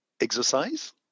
exercise